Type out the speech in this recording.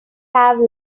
have